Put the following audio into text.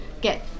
get